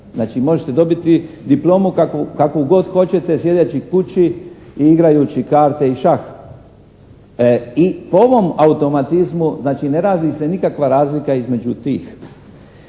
možete dobiti diplomu kakvu god hoćete sjedeći kući i igrajući karte i šah. I po ovom automatizmu znači ne radi se nikakva razlika između tih.